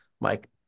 Mike